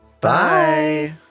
Bye